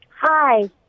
Hi